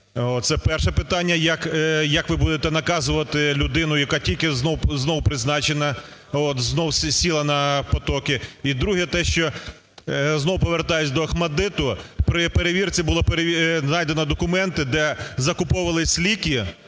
Це перше питання, як ви будете наказувати людину, яка тільки знов призначена, от, знову сіла на потоки. І друге. Те, що знову повертаюсь до "ОХМАТДИТ". При перевірці було знайдено документи, де закуповувались ліки,